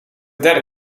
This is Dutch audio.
derde